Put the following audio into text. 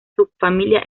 subfamilia